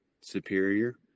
superior